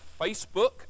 Facebook